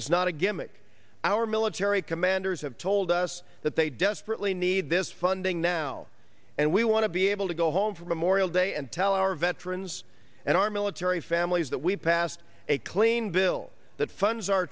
it's not a gimmick our military commanders have told us that they desperately need this funding now and we want to be able to go home for memorial day and tell our veterans and our military families that we passed a clean bill that funds our